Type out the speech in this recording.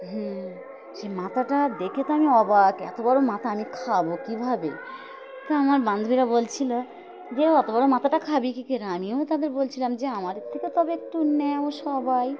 হুম সেই মাথাটা দেখে তো আমি অবাক এত বড় মাথা আমি খাব কী ভাবে তো আমার বান্ধবীরা বলছিল যে এত বড় মাথাটা খাবি কী করে না আমিও তাদের বলছিলাম যে আমার থেকে তবে একটু নাও সবাই